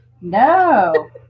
No